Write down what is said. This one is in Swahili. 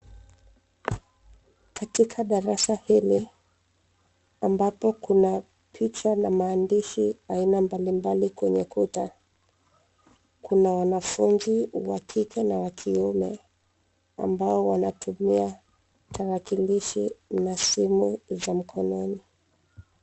Katika darasa hili, ambapo kuna picha la maandishi aina mbalimbali kwenye kuta. Kuna wanafunzi wa kike na wa kiume ambao wanatumia tarakilishi na simu za mkononi.